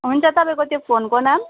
हुन्छ तपाईँको त्यो फोनको नाम